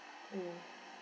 mm